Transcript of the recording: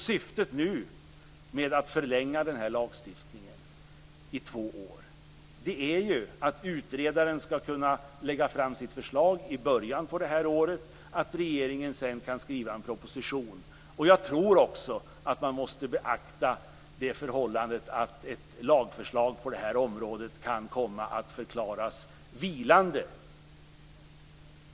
Syftet med att förlänga lagstiftningen i två år är ju att utredaren skall kunna lägga fram sitt förslag i början på nästa år och att regeringen sedan skall kunna skriva en proposition. Jag tror också att man måste beakta det förhållandet att ett lagförslag på det här området kan komma att förklaras vilande.